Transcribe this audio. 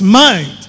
mind